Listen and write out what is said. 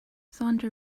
sandra